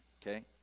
Okay